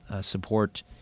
support